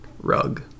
rug